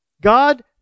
God